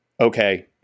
okay